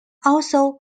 also